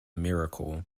miracle